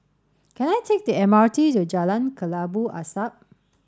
can I take the M R T to Jalan Kelabu Asap